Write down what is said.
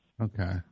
Okay